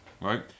Right